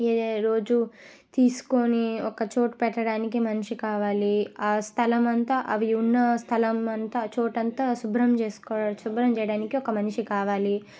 ఏ ఏ రోజు తీసుకొని ఒక చోట పెట్టడానికి మనిషి కావాలి ఆ స్థలమంతా అవి ఉన్న స్థలమంతా చోటు అంత శుభ్రం చేసుకో శుభ్రం చేయడానికి ఒక మనిషి కావాలి